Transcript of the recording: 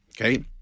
okay